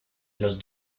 los